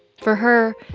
for her,